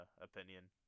opinion